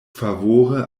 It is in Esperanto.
favore